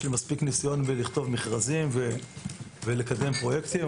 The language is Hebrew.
יש לי מספיק ניסיון בכתיבת מכרזים ובקידום פרויקטים.